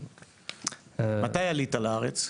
מתי עלית לארץ?